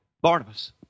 Barnabas